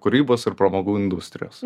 kūrybos ir pramogų industrijos